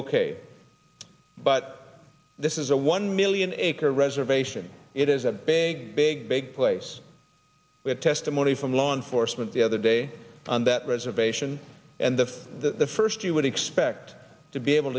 ok but this is a one million acre reservation it is a big big big place we have testimony from law enforcement the other day on that reservation and the first you would expect to be able